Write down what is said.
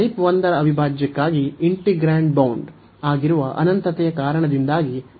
type 1 ರ ಅವಿಭಾಜ್ಯಕ್ಕಾಗಿ integrand bound ಆಗಿರುವ ಅನಂತತೆಯ ಕಾರಣದಿಂದಾಗಿ ನಮಗೆ ಸಮಸ್ಯೆ ಇದೆ